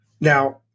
Now